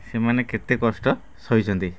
ସେମାନେ କେତେ କଷ୍ଟ ସହିଛନ୍ତି